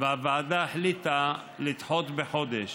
והוועדה החליטה לדחות בחודש.